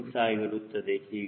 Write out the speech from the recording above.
6 ಆಗಿರುತ್ತದೆ